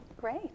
Great